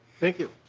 thank you.